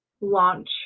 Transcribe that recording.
Launch